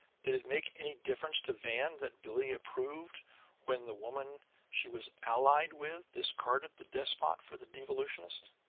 did it make any difference to van that billie approved when the woman she was allied with discarded the despot for the devolutionist?